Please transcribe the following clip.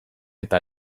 eta